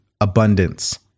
abundance